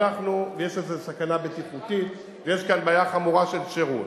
יש בזה סכנה בטיחותית ויש כאן בעיה חמורה של שירות.